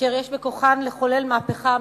אשר יש בכוחן לחולל מהפכה אמיתית,